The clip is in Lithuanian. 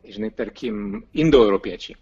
žinai tarkim indoeuropiečiai